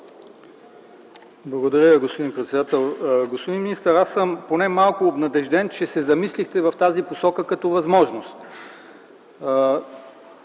Благодаря, господин председател. Господин министър, аз съм поне малко обнадежден, че се замислихте в тази посока като възможност.